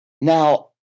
Now